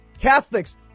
Catholics